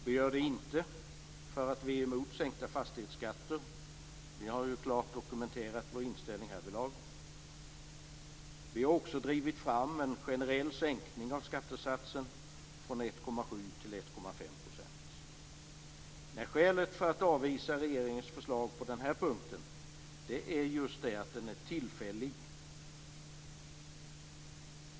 Vi gör det inte därför att vi är emot sänkta fastighetsskatter; vi har klart dokumenterat vår inställning härvidlag och har också drivit fram en generell sänkning av skattesatsen från 1,7 % till 1,5 %. Nej, skälet för att avvisa regeringens förslag på den här punkten är just att sänkningen är tillfällig.